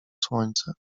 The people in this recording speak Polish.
słońce